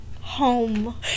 home